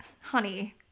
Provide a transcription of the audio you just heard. honey